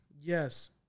Yes